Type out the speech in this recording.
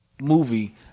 movie